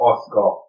Oscar